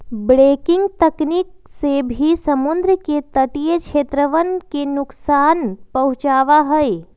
breaking तकनीक से भी समुद्र के तटीय क्षेत्रवन के नुकसान पहुंचावा हई